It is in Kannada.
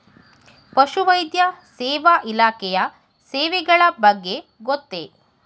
ಪಶುವೈದ್ಯ ಸೇವಾ ಇಲಾಖೆಯ ಸೇವೆಗಳ ಬಗ್ಗೆ ಗೊತ್ತೇ?